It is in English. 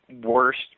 worst